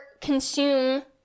consume